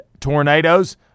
tornadoes